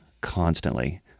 constantly